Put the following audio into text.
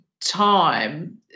time